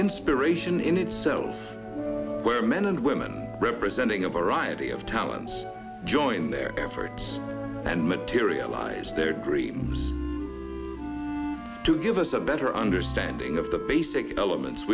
inspiration in itself where men and women representing a variety of talents join their efforts and materialize their dream to give us a better understanding of the basic elements